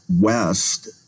west